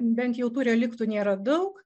bent jau tų reliktų nėra daug